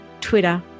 Twitter